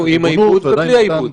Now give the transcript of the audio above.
תן לנו עם העיבוד ובלי העיבוד.